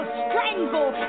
strangle